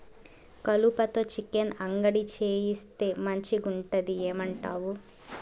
కలుపతో చికెన్ అంగడి చేయిస్తే మంచిగుంటది ఏమంటావు